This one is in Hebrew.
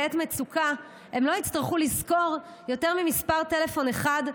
בעת מצוקה הם לא יצטרכו לזכור יותר ממספר טלפון אחד,